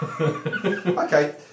Okay